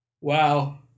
Wow